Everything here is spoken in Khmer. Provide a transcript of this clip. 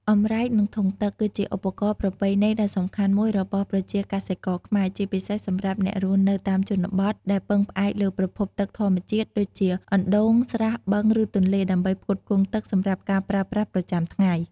អម្រែក និង ធុងទឹក គឺជាឧបករណ៍ប្រពៃណីដ៏សំខាន់មួយរបស់ប្រជាកសិករខ្មែរ ជាពិសេសសម្រាប់អ្នករស់នៅតាមជនបទ ដែលពឹងផ្អែកលើប្រភពទឹកធម្មជាតិ ដូចជាអណ្ដូង ស្រះ បឹង ឬទន្លេ ដើម្បីផ្គត់ផ្គង់ទឹកសម្រាប់ការប្រើប្រាស់ប្រចាំថ្ងៃ។